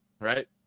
right